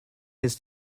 his